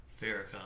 Farrakhan